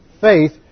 Faith